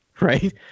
Right